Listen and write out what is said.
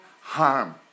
harm